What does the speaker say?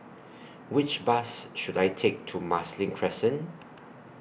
Which Bus should I Take to Marsiling Crescent